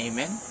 Amen